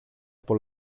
από